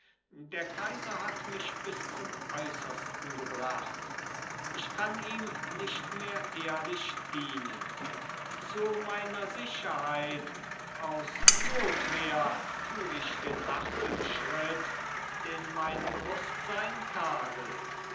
der kaiser hat mich bis zum äußersten gebracht ich kann ihm nicht mehr ehrlich dienen zu meiner sicherheit aus notwehr tu ich den harten schritt den mein bewußtsein tadelt